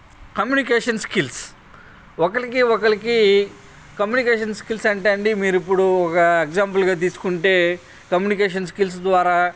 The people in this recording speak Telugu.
కమ్యూనికేషన్ స్కిల్స్ ఒకళ్ళకి ఒకళ్ళకి కమ్యూనికేషన్ స్కిల్స్ అంటే అండి మీరు ఇప్పుడు ఒక ఎగ్జాంపుల్గా తీసుకుంటే కమ్యూనికేషన్ స్కిల్స్ ద్వారా